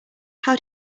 how